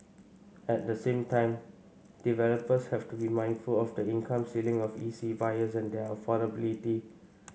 at the same time developers have to be mindful of the income ceiling of E C buyers and their affordability